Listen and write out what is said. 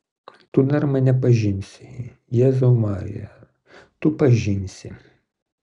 tu dar mane pažinsi jėzau marija tu pažinsi